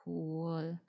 Cool